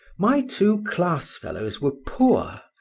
my two class-fellows were poor,